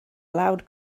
loud